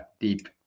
deep